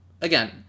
again